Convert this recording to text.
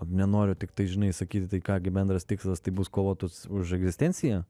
nenoriu tiktai žinai sakyti tai ką gi bendras tikslas tai bus kovot už egzistenciją